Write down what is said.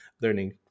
learning